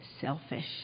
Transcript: selfish